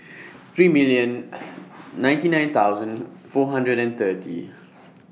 three million ninety nine thousand four hundred and thirty